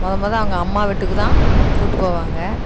மொதல் மொதல் அவங்க அம்மா வீட்டுக்கு தான் கூட்டுப் போவாங்க